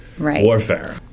warfare